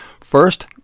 First